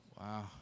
Wow